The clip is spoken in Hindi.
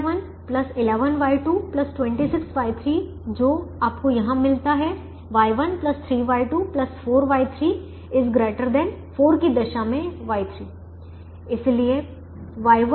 7Y1 11Y2 26Y3 जो आपको यहां मिलता है Y1 3Y2 4Y3 ≥ 4 की दशा में Y3